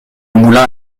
moulin